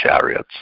chariots